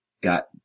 got